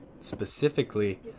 specifically